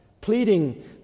pleading